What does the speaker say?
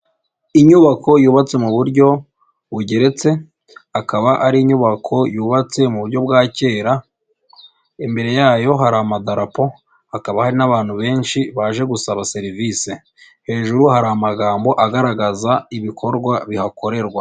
Inyubako yubatse mu buryo bugeretse, akaba ari inyubako yubatse mu buryo bwa kera, imbere yayo hari amadapo, hakaba hari n'abantu benshi baje gusaba serivisi. Hejuru hari amagambo agaragaza ibikorwa bihakorerwa.